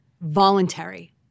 voluntary